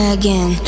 again